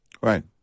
Right